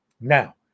Now